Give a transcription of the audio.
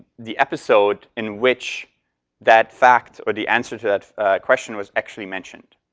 the episode in which that fact, or the answer to that question was actually mentioned.